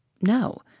No